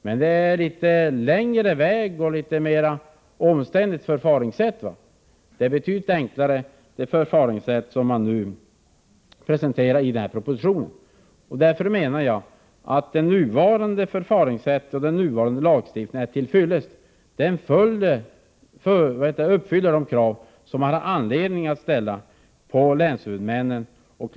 Men i det avseendet är det litet längre väg att gå och förfaringssättet är litet mera omständligt. Det förfaringssätt som presenteras i propositionen är betydligt enklare. Därför menar jag att det förfaringssätt som nu tillämpas och den nuvarande lagstiftningen är till fyllest. Således uppfylles de krav som man har anledning att ställa på länshuvudmännen.